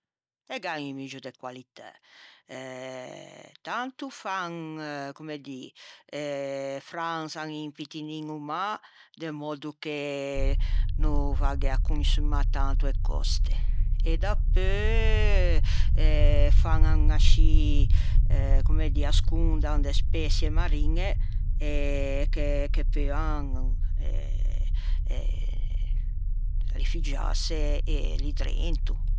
E gh'an un muggio de qualitæ. Tanto fan comme dî franzan un pittin o mâ de mòddo che no vagghe a consumâ tanto e còste e dapeu e fan ascì comme dî ascondan ascì de speçie mariñe che peuan eh eh rifuggiase lì drento.